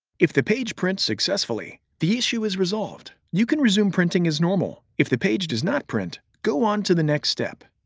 if the page prints successfully, the issue is resolved. you can resume printing as normal. if the page does not print, go on to the next step.